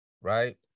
Right